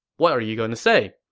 what are you going to say?